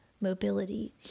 mobility